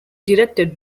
directed